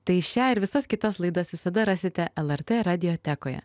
tai šią ir visas kitas laidas visada rasite lrt radiotekoje